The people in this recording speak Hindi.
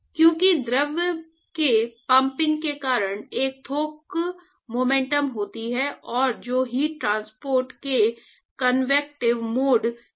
क्योंकि द्रव के पम्पिंग के कारण एक थोक मोमेंटम होती है और जो हीट ट्रांसपोर्ट के कन्वेक्टीव मोड की ओर ले जाती है